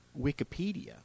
Wikipedia